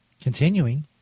Continuing